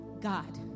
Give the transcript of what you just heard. God